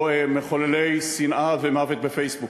או מחוללי שנאה ומוות בפייסבוק,